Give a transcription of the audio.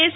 S